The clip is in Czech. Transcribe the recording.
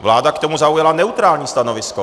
Vláda k tomu zaujala neutrální stanovisko.